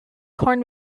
corn